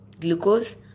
glucose